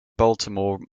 baltimore